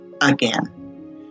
again